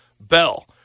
Bell